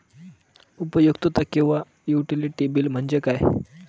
उपयुक्तता किंवा utility bill म्हणजे काय?